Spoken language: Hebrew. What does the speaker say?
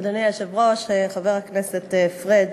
אדוני היושב-ראש, חבר הכנסת פריג',